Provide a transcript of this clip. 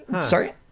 Sorry